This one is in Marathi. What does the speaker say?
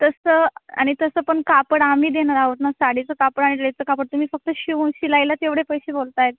तसं आणि तसं पण कापड आम्ही देणार आहोत ना साडीचं कापड आणि ड्रेसचं कापड तुम्ही फक्त शिऊ शिलाईलाच एवढे पैसे बोलताय